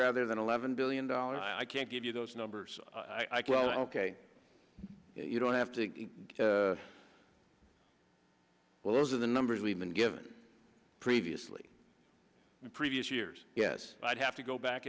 rather than eleven billion dollars i can't give you those numbers i quote ok you don't have to well those are the numbers we've been given previously the previous years yes i'd have to go back